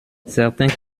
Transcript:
certains